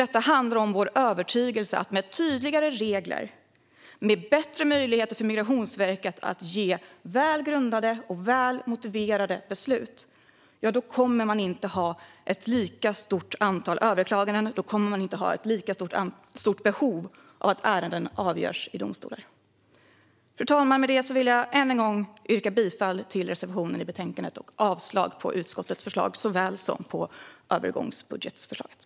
Det handlar om vår övertygelse om att med tydligare regler och bättre möjligheter för Migrationsverket att ge väl grundade och väl motiverade beslut kommer man inte att ha ett lika stort antal överklaganden och inte ett lika stort behov av att ärenden avgörs i domstolar. Fru talman! Med detta vill jag än en gång yrka bifall till reservationen i betänkandet och avslag på utskottets förslag och förslaget i övergångsbudgeten.